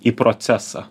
į procesą